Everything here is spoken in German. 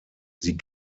sie